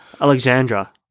Alexandra